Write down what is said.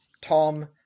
Tom